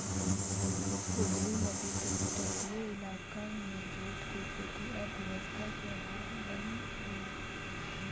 हुगली नदी के तटीय इलाका में जूट के खेती अर्थव्यवस्था के आधार बनऽ हई